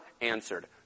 answered